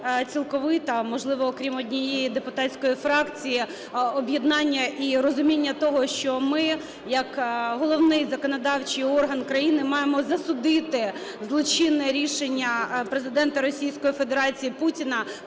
цілковите, можливо, крім однієї депутатської фракції, об'єднання і розуміння того, що ми як головний законодавчий орган країни маємо засудити злочинне рішення Президента Російської Федерації Путіна,